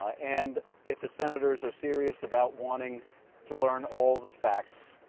and if the senators are serious about wanting to learn all the facts,